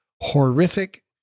horrific